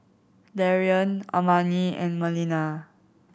Darion Amani and Melina